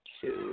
two